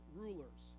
rulers